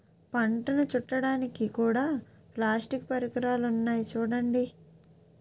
పంటను చుట్టడానికి కూడా ప్లాస్టిక్ పరికరాలున్నాయి చూడండి